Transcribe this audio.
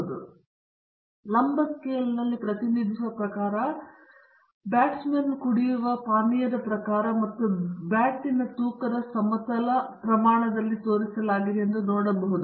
ಮತ್ತು ಲಂಬ ಸ್ಕೇಲ್ನಲ್ಲಿ ಪ್ರತಿನಿಧಿಸುವ ಪ್ರಕಾರ ಕುಡಿಯುವವರ ಬ್ಯಾಟ್ನ ಪ್ರಕಾರ ಅಥವಾ ಬ್ಯಾಟಿಯ ತೂಕದ ಸಮತಲ ಪ್ರಮಾಣದಲ್ಲಿ ತೋರಿಸಲಾಗಿದೆ ಎಂದು ನೀವು ನೋಡಬಹುದು